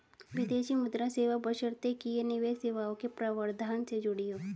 विदेशी मुद्रा सेवा बशर्ते कि ये निवेश सेवाओं के प्रावधान से जुड़ी हों